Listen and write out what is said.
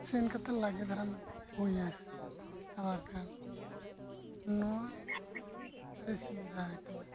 ᱥᱮᱱ ᱠᱟᱛᱮᱫ ᱞᱟᱜᱮ ᱫᱷᱟᱨᱟᱢ ᱦᱩᱭᱼᱟ ᱟᱨ ᱵᱟᱠᱷᱟᱱ ᱱᱚᱣᱟ ᱟᱹᱰᱤ ᱥᱩᱵᱤᱫᱷᱟ ᱠᱟᱱᱟ